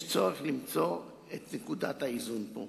יש צורך למצוא את נקודת האיזון פה.